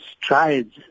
strides